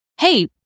hey